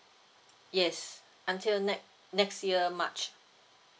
yes until next next year march